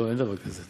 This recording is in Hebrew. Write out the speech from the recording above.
לא, אין דבר כזה.